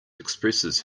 expresses